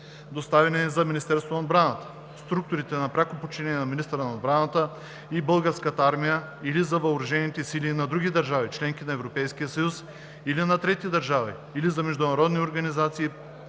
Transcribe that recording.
доставени за Министерството на отбраната, структурите на пряко подчинение на министъра на отбраната и Българската армия или за въоръжени сили на други държави – членки на Европейския съюз, или на трети държави, или за международни организации,